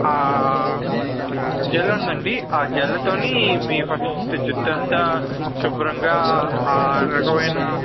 gel ఉందండి ఆ జెల్తోని మీ ఫస్ట్ జుట్టు అంతా శుభ్రంగా ఆ రకమైన